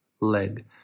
leg